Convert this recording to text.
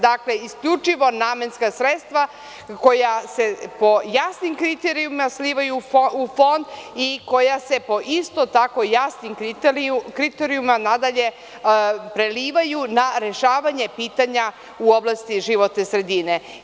Dakle, isključivo namenska sredstva koja se po jasnim kriterijumima slivaju u fond i koja se po isto tako jasnim kriterijumima nadalje prelivaju na rešavanje pitanja u oblasti životne sredine.